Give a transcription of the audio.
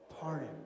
pardon